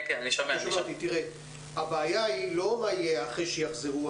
היא לא מה היהיה אחרי שיחזרו.